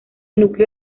núcleo